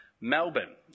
Melbourne